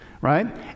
right